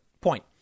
point